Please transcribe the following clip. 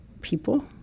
people